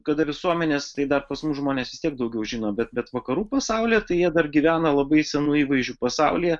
kada visuomenės tai dar pas mus žmonės vis tiek daugiau žino bet bet vakarų pasaulyje tai jie dar gyvena labai senų įvaizdžių pasaulyje